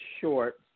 short